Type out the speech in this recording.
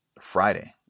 Friday